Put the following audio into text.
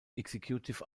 executive